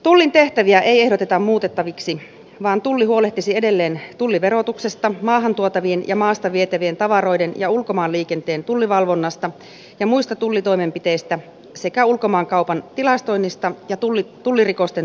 tullin tehtäviä ei ehdoteta muutettaviksi vaan tulli huolehtisi edelleen tulliverotuksesta maahan tuotavien ja maasta vietävien tavaroiden ja ulkomaanliikenteen tullivalvonnasta ja muista tullitoimenpiteistä sekä ulkomaankaupan tilastoinnista ja tullirikosten tutkimisesta